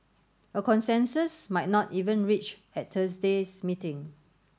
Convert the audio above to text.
a consensus might not even reached at Thursday's meeting